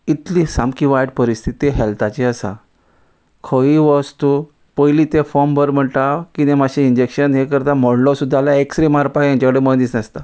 इतली सामकी वायट परिस्थिती हॅल्थाची आसा खंयी वस्तू पयली ते फॉम बरें म्हणटा किदें मातशें इंजेक्शन हे करता मोडलो सुद्दा जाल्यार एक्सरे मारपाक हेंचे कडेन मन दिसनासता